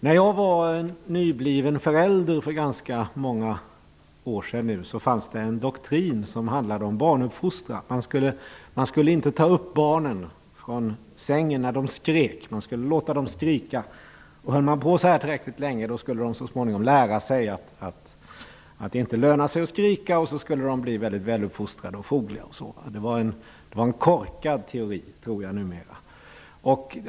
När jag var nybliven förälder för ganska många år sedan, fanns det en doktrin som handlade om barnuppfostran. Man skulle inte ta upp barnen från sängen när de skrek. Man skulle låta dem skrika. Höll man på så tillräckligt länge skulle de så småningom lära sig att det inte lönade sig att skrika, och på så sätt skulle de bli mycket väluppfostrade och fogliga. Det var en korkad teori, tror jag numera.